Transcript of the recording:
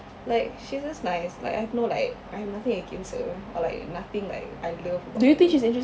like she's just nice like I have no like I have nothing against or like nothing I love about her